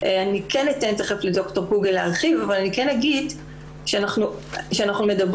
אני אתן תיכף לד"ר קוגל להרחיב אבל אגיד שאנחנו מדברים